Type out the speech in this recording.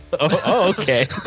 okay